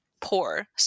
poor